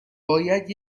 باید